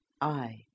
I—